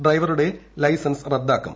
ഡ്രൈവറുടെ ലൈസൻസ് റദ്ദാക്കും